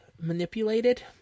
manipulated